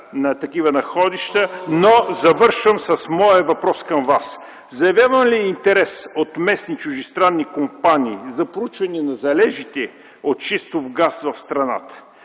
на такива находища, но завършвам с моя въпрос към Вас. Заявяван ли е интерес от местни и чуждестранни компании за проучвания на залежите от шистов газ в страна?